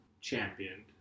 championed